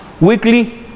Weekly